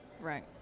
Right